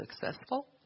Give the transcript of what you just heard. successful